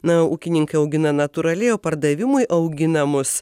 na ūkininkai augina natūraliai o pardavimui auginamus